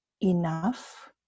enough